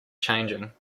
changing